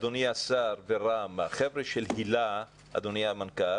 אדוני השר, אדוני המנכ"ל